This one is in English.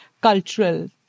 cultural